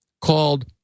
called